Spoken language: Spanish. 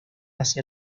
hacia